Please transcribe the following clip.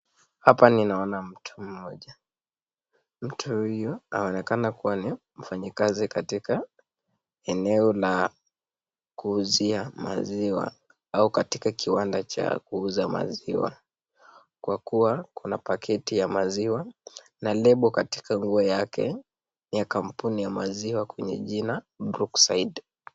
Hapa ninaona mtu mmoja , mtu huyo anaonekana kuwa ni mfanyikazi katika eneo la kuuzia maziwa, au katika kiwanda cha kuuza maziwa. Kwa kuwa kuna paketi ya maziwa na lebo katika nguo yake ya kampuni ya maziwa kwenye jina Brookside.